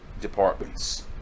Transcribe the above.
departments